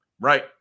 Right